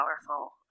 powerful